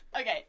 Okay